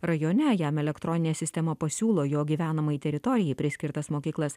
rajone jam elektroninė sistema pasiūlo jo gyvenamai teritorijai priskirtas mokyklas